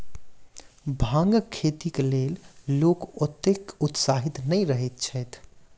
भांगक खेतीक लेल लोक ओतेक उत्साहित नै रहैत छैथ